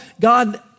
God